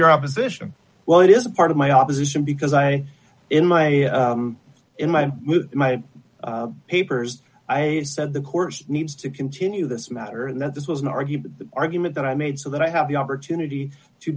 your opposition well it is a part of my opposition because i in my in my in my papers i said the course needs to continue this matter and that this was an argument the argument that i made so that i have the opportunity to